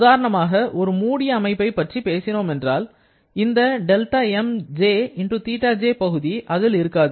உதாரணமாக ஒரு மூடிய அமைப்பைப் பற்றி பேசினோம் என்றால் இந்த δmjθj பகுதி அதில் இருக்காது